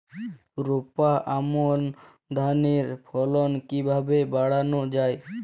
রোপা আমন ধানের ফলন কিভাবে বাড়ানো যায়?